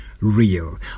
real